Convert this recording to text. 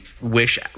wish